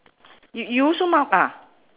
you you also mark ah